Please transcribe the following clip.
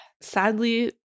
sadly